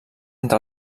entre